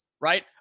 right